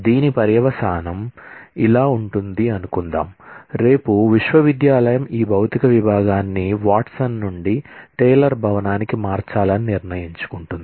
దీని పర్యవసానం ఇలా ఉంటది అనుకుందాం రేపు విశ్వవిద్యాలయం ఈ భౌతిక విభాగాన్ని వాట్సన్ నుండి టేలర్ భవనానికి మార్చాలని నిర్ణయించుకుంటుంది